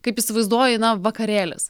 kaip įsivaizduoji na vakarėlis